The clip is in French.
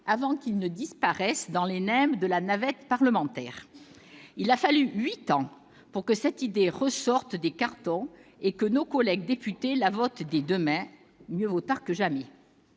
mesure ne disparaisse dans les limbes de la navette parlementaire. Il a fallu huit ans pour que cette idée ressorte des cartons et que nos collègues députés l'adoptent des deux mains. Mieux vaut tard que jamais